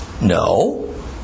No